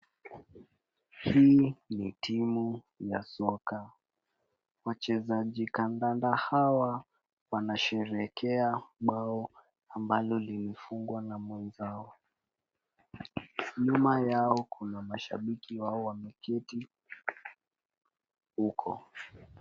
Hii ni timu ya soka. Wachezaji kandanda hawa wanasherekea bao ambalo limefungwa na mmoja wao. Nyuma yao kuna mashabiki wao wameketi huko.